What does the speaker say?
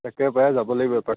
তাকে পায় যাব লাগিব এপাক